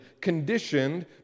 conditioned